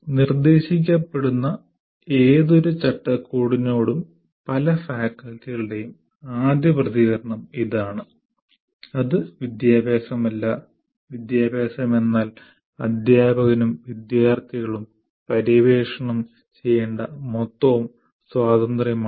നിർദ്ദേശിക്കപ്പെടുന്ന ഏതൊരു ചട്ടക്കൂടിനോടും പല ഫാക്കൽറ്റികളുടെയും ആദ്യ പ്രതികരണം ഇതാണ് അത് വിദ്യാഭ്യാസമല്ല വിദ്യാഭ്യാസം എന്നാൽ അധ്യാപകനും വിദ്യാർത്ഥികളും പര്യവേക്ഷണം ചെയ്യേണ്ട മൊത്തം സ്വാതന്ത്ര്യമാണ്